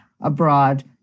abroad